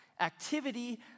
Activity